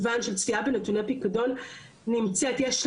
יש לינק בכל זכותון בכל שפה,